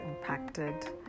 impacted